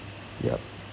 yup